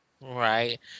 Right